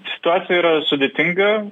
situacija yra sudėtinga